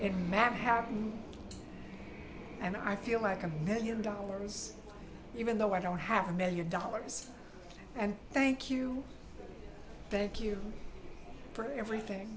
in manhattan and i feel like a million dollars even though i don't have a million dollars and thank you thank you for everything